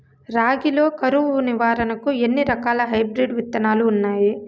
రాగి లో కరువు నివారణకు ఎన్ని రకాల హైబ్రిడ్ విత్తనాలు ఉన్నాయి